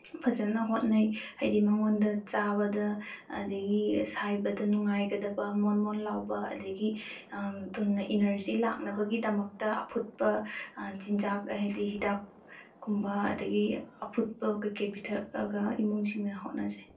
ꯐꯖꯅ ꯍꯣꯠꯅꯩ ꯍꯥꯏꯗꯤ ꯃꯉꯣꯟꯗ ꯆꯥꯕꯗ ꯑꯗꯨꯗꯒꯤ ꯁꯥꯏꯕꯗ ꯅꯨꯡꯉꯥꯏꯒꯗꯕ ꯃꯣꯟ ꯃꯣꯟ ꯂꯥꯎꯕ ꯑꯗꯨꯗꯒꯤ ꯊꯨꯅ ꯏꯅꯔꯖꯤ ꯂꯥꯛꯅꯕꯒꯤꯗꯃꯛꯇ ꯑꯐꯨꯠꯄ ꯆꯤꯟꯖꯥꯛ ꯍꯥꯏꯗꯤ ꯍꯤꯗꯥꯛꯀꯨꯝꯕ ꯑꯗꯨꯗꯒꯤ ꯑꯐꯨꯠꯄ ꯀꯩꯀꯩ ꯄꯤꯊꯛꯑꯒ ꯏꯃꯨꯡꯁꯤꯡꯅ ꯍꯣꯠꯅꯖꯩ